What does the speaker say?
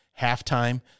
halftime